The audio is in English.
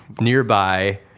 nearby